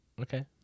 Okay